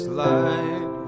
light